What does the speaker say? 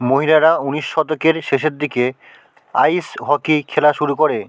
মহিলারা উনিশ শতকের শেষের দিকে আইস হকি খেলা শুরু করে